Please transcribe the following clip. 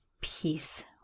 peace